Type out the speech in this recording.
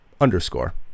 underscore